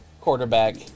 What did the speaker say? quarterback